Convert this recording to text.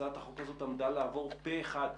הצעת החוק הזאת עמדה לעבור פה אחד,